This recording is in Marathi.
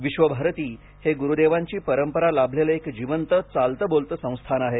विश्वभारती हे गुरूदेवांची परंपरा लाभलेलं एक जिवंतचालताबोलतं संस्थान आहे